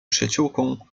przyjaciółką